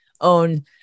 own